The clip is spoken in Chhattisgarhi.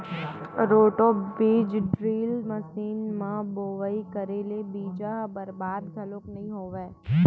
रोटो बीज ड्रिल मसीन म बोवई करे ले बीजा ह बरबाद घलोक नइ होवय